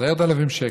10,000 שקל,